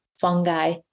fungi